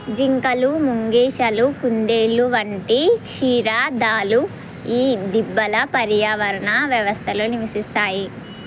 జింకలు ముంగీషలు కుందేళ్ళు వంటి క్షీరదాలు ఈ దిబ్బల పర్యావరణ వ్యవస్థలో నివసిస్తాయి